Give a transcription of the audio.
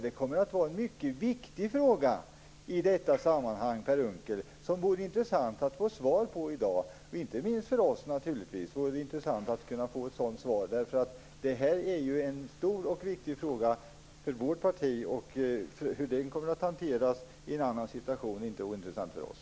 Det kommer att vara en mycket viktig fråga i detta sammanhang, Per Unckel, och det vore intressant att få ett svar på den i dag. Det vore naturligtvis inte minst intressant för oss att få ett sådant svar. Det här är ju en stor och viktig fråga för vårt parti. Hur den kommer att hanteras i en annan situation är inte ointressant för oss.